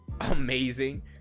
amazing